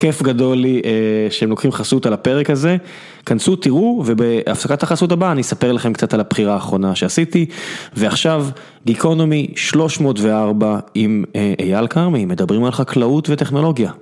כיף גדול לי שהם לוקחים חסות על הפרק הזה, כנסו, תראו ובהפסקת החסות הבאה אני אספר לכם קצת על הבחירה האחרונה שעשיתי, ועכשיו Geekonomy 304 עם אייל כרמי, מדברים על חקלאות וטכנולוגיה.